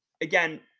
Again